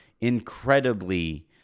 incredibly